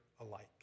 alike